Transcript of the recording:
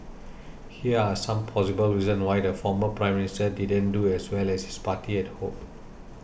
here are some possible reasons why the former Prime Minister didn't do as well as his party had hoped